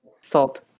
salt